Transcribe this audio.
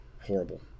horrible